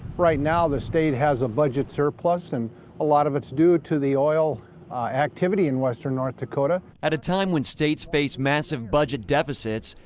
right now the state has a budget surplus. and a lot of it's due to the oil activity in western north dakota. at a time when states face massive budget deficits,